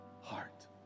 heart